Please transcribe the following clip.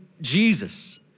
Jesus